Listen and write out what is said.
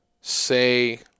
say